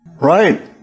Right